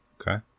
Okay